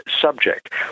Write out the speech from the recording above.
subject